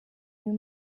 uyu